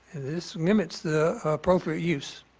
this limits the appropriate use